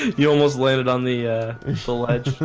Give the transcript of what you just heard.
you almost landed on the and so